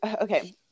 okay